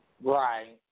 Right